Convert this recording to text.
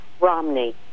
Romney